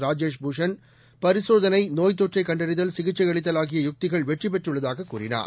ராஜேஷ் பூஷன் பரிசோதனை நோய்த் தொற்றை கண்டறிதல் சிகிச்சை அளித்தல் ஆகிய யுக்திகள் வெற்றி பெற்றுள்ளதாக கூறினார்